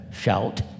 shout